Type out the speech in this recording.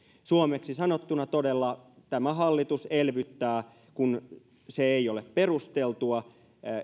suomeksi sanottuna todella tämä hallitus elvyttää kun se ei ole perusteltua